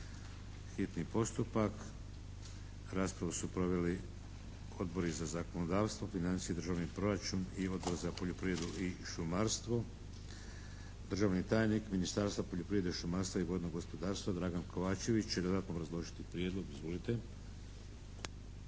P.Z. br. 554 Raspravu su proveli odbori za zakonodavstvo, financije i državni proračun i Odbor za poljoprivredu i šumarstvo. Državni tajnik Ministarstva poljoprivrede, šumarstva i vodnog gospodarstva Dragan Kovačević će dodatno obrazložiti prijedlog. Izvolite.